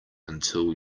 until